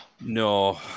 No